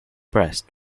press